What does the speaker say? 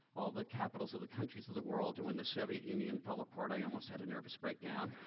all the capitals of the countries of the world, and when the soviet union fell apart i almost had a nervous breakdown,